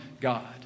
God